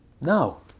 No